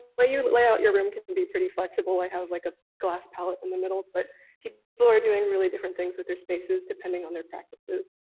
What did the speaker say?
way you lay out your room can can be pretty flexible, i have like a glass palette in the middle but people are doing really different things with their spaces depending on their practices.